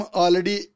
already